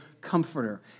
comforter